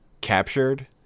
captured